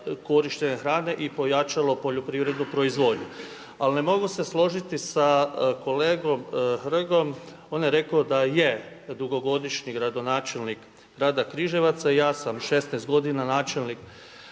korištenje hrane i pojačalo poljoprivrednu proizvodnju. Ali ne mogu se složiti sa kolegom Hrgom, on je rekao da je dugogodišnji gradonačelnik grada Križevaca. I ja sam 16 godina načelnik